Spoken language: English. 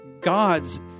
God's